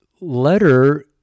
letter